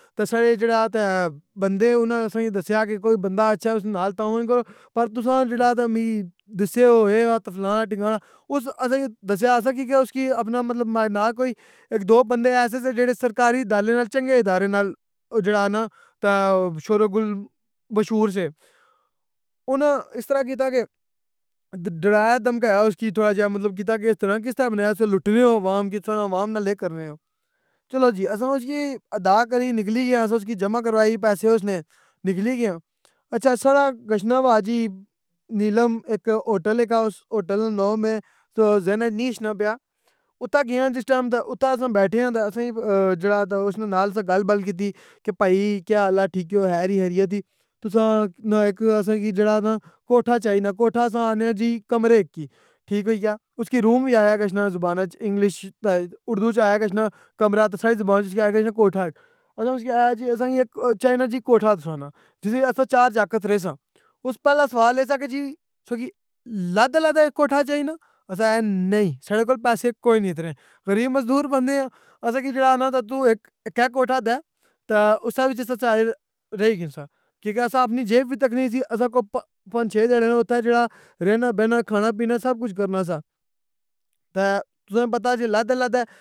تے ساڑے جیڑا تہ بندے اناں اساں کی دسیا کہ کوئی بندہ اچّھا اُسنے نال تہ پر تُساں جیڑا تہ مِکی دسّے ہو اے آ تے فلاں اے ڈھمکان اے۔ اُس اساں کی دسیا اساں کی کہ اُسکی اپنا مطلب نا کوئی اک دو بندے ایسے سے جیڑے سرکاری ڈالے نال چنگے ادارے نال جیڑا نہ پے او شوروغل مشہور سے اوناں اِس طرح کیتا کہ ڈرایا دھمکایا اُسکی تھوڑا جیا مطلب کیتا کہ اِس طرح کس طرح بنایا کہ تُسی لوٹنے او عوام کی تُساں عوام نال ای کرنے او۔ چلو جی اساں اُسکی ادا کری نِکلی گئے آں اساں اُسکی جمع کروائی پیسے اُسنے، نِکلی گئے آں۔ اچّھا ساڑا گشنہ ہوا جی نیلم اک ہوٹل ایک آ اُس ہوٹل نام اے ذہنے نی اشنا پیا، اوتھے گئے آں جِس ٹیم تہ اتھا اساں بیٹھے آں تہ اساں کی جیڑا تہ اُسنے نال اساں گل بل کتي کہ بھائی کہ حال آ ٹھیک ایو خیر ای خیریت ای۔ تُساں نہ اِک اساں کی جیڑا نہ کوٹھے چائنا کوتا اساں آخنے جی کمرے کی ٹھیک ہوئی گیا۔ اُسکی روم وی آخیا گشنہ زباناں اچ انگلش تہ اردو اچ اخیا گشنہ کمرہ تہ ساڈی زبان اچ اِسکی آخیا گشنہ کوٹھا۔ اساں اُسکی اخیا جی اساں کی ایک چائنا جی کوٹھا تُساں نا، جِس اچ اساں چار جاکت ریساں، اُس نہ پہلا سوال اے سہ کہ جی تکی علیحدہ علیحدہ کوٹھا چائنا؟ اساں اخیا نئ، ساڈے کول پیسے کوئی نی اتنے غریب مزدور بندے آں، اساں کی جیڑا اخنا کہ تہ توں اک اِکّے کوٹھا دے تہ اُسا وِچ اساں سارے رئی گنساں، کیونکہ اساں اپنی جیب وی تکنی سی اساں کوئی پانچ چھ جنے اوتھے جیڑا رہنا بینا کھانا پینا سب کج کرنا سہ۔ تہ تُساں نوں پتہ جی علیحدہ علیحدہ۔